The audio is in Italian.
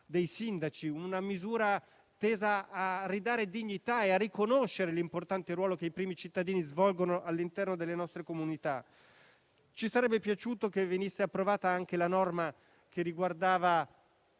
dei sindaci al fine di ridare dignità e riconoscere l'importante ruolo che i primi cittadini svolgono all'interno delle nostre comunità. Ci sarebbe piaciuto che venisse approvata anche la norma che riguardava